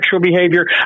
behavior